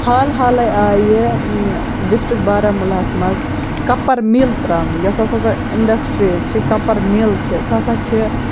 حال حالے آیہِ ڈِسٹرک بارہمولہَس مَنٛز کَپَر مِل تراونہٕ یۄس ہَسا سۄ اِنڈَسٹِریٖز چھِ کَپَر مِل چھِ سَہ ہَسا چھِ